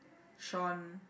Shawn